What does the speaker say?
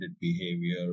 behavior